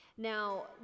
now